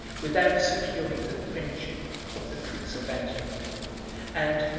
without securing the friendship of the prince of antioch and,